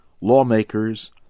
lawmakers